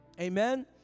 Amen